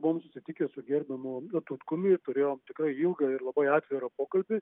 buvom susitikę su gerbiamu tutkumi ir turėjom tikrai ilgą ir labai atvirą pokalbį